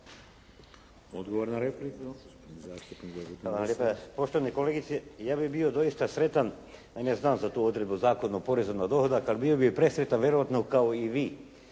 Odgovor na repliku,